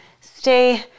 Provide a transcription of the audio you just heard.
stay